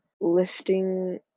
lifting